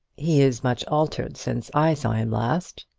he is much altered since i saw him last.